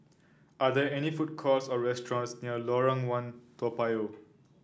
are there any food courts or restaurants near Lorong One Toa Payoh